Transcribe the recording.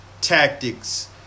tactics